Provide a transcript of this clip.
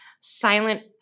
silent